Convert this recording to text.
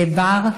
לבר,